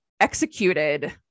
executed